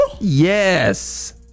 yes